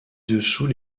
dessous